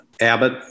Abbott